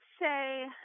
say